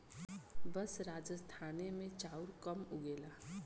बस राजस्थाने मे चाउर कम उगेला